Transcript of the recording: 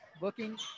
looking